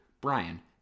Brian